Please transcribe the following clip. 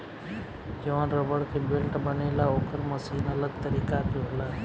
जवन रबड़ के बेल्ट बनेला ओकर मशीन अलग तरीका के होला